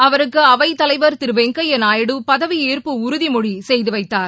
அவருக்கு அவைத்தலைவர் திரு வெங்கையா நாயுடு பதவியேற்பு உறுதிமொழிசெய்து வைத்தார்